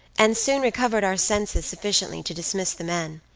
and soon recovered our senses sufficiently to dismiss the men.